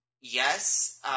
yes